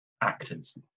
actors